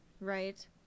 right